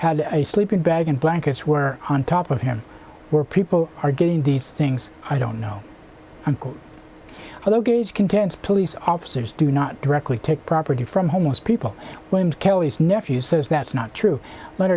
had a sleeping bag and blankets were on top of him were people are getting these things i don't know i'm a low gauge contends police officers do not directly take property from homeless people when kelly's nephew says that's not true